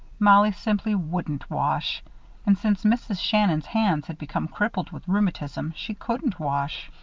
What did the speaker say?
mollie simply wouldn't wash and since mrs. shannon's hands had become crippled with rheumatism, she couldn't wash.